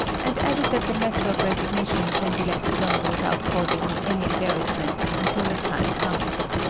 and added that the matter of resignation can be left alone without causing me any embarrassment until the time comes.